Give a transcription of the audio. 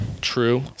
True